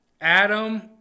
Adam